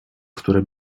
które